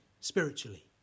spiritually